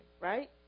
right